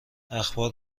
اخبار